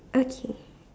okay